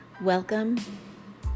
welcome